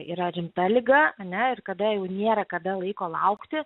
yra rimta liga ane ir kada jau nėra kada laiko laukti